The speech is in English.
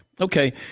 Okay